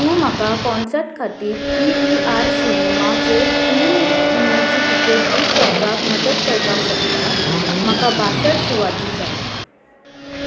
तूं म्हाका कॉन्सर्ट खातीर पी व्ही आर सिनेमाचेर तीन मे ची तिकेट बूक करपाक मदत करपाक शकता म्हाका बासट सुवाती जाय